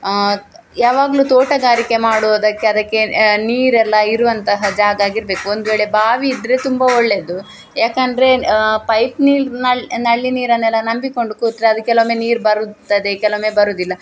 ಯಾವಾಗಲೂ ತೋಟಗಾರಿಕೆ ಮಾಡುವುದಕ್ಕೆ ಅದಕ್ಕೆ ನೀರೆಲ್ಲ ಇರುವಂತಹ ಜಾಗ ಆಗಿರ್ಬೇಕು ಒಂದು ವೇಳೆ ಬಾವಿ ಇದ್ದರೆ ತುಂಬ ಒಳ್ಳೆಯದು ಯಾಕಂದರೆ ಪೈಪ್ ನೀಲ್ರ್ ನಲ್ ನಲ್ಲಿ ನೀರನ್ನೆಲ್ಲ ನಂಬಿಕೊಂಡು ಕೂತರೆ ಅದು ಕೆಲವೊಮ್ಮೆ ನೀರು ಬರುತ್ತದೆ ಕೆಲವೊಮ್ಮೆ ಬರುವುದಿಲ್ಲ